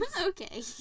Okay